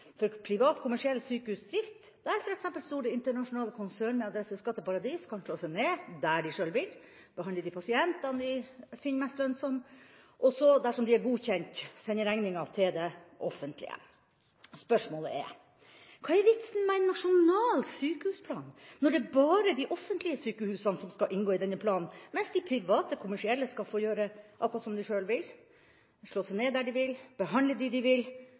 av privat, kommersiell sykehusdrift der f.eks. store, internasjonale konsern med adresse i skatteparadis kan slå seg ned der de sjøl vil, behandle de pasientene de finner mest lønnsomme – og så, dersom de er godkjente, sende regninga til det offentlige. Spørsmålet er: Hva er vitsen med en nasjonal sykehusplan når det bare er de offentlige sykehusene som skal inngå i denne planen, mens de private, kommersielle skal få gjøre akkurat som de sjøl vil – slå seg ned der de vil, behandle dem de vil,